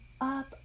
up